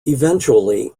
eventually